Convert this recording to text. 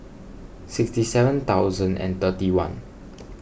sixty seven thousand and thirty one